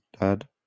Dad